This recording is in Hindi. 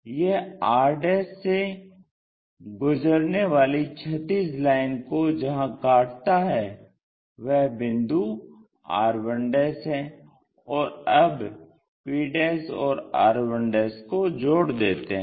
यह r से गुजारनी वाली क्षैतिज लाइन को जहां काटता है वह बिंदु r1 है और अब p और r 1 को जोड़ देते हैं